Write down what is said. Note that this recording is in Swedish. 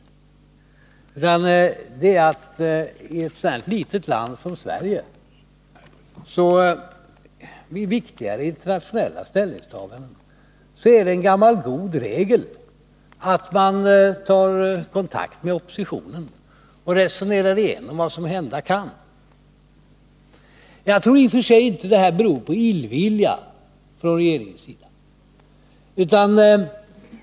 Det viktiga är att det i ett så litet land som Sverige är en gammal god regel att man vid viktigare internationella ställningstaganden tar kontakt med oppositionen och resonerar igenom vad som hända kan. Jag tror inte att den här underlåtenheten beror på illvilja från regeringens sida.